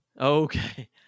Okay